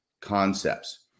concepts